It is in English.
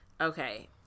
Okay